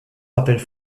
rappelle